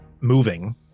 moving